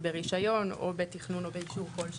ברישיון או בתכנון באישור אחר כל שהוא.